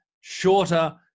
shorter